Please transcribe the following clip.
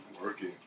Working